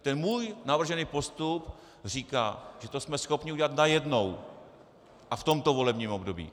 Ten můj navržený postup říká, že to jsme schopni udělat najednou a v tomto volebním období.